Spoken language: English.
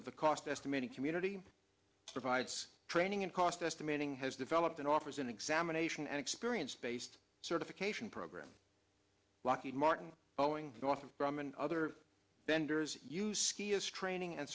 of the cost estimating community provides training and cost estimating has developed and offers an examination and experience based certification program lockheed martin boeing north of grumman other vendors use skiis training and